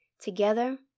Together